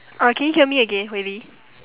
uh can you hear me again hui li